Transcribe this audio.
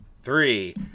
Three